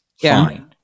fine